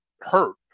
hurt